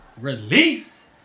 release